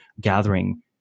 gathering